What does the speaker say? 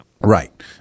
Right